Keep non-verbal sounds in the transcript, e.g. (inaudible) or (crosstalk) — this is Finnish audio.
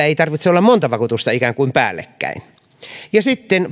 (unintelligible) ei tarvitse olla monta vakuutusta ikään kuin päällekkäin ja sitten (unintelligible)